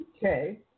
Okay